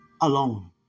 alone